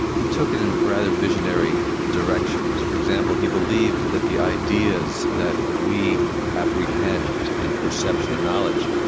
he took it in rather visionary directions. for example, he believed that the ideas that we apprehend in perception and knowledge,